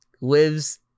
lives